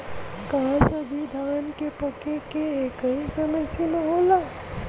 का सभी धान के पके के एकही समय सीमा होला?